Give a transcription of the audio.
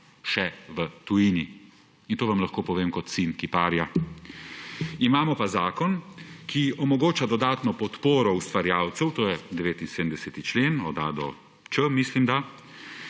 še v tujini. To vam lahko povem kot sin kiparja. Imamo pa zakon, ki omogoča dodatno podporo ustvarjalcu, to je 79. člen od a do č, mislim da,